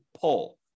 pull